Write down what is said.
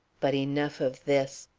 but enough of this.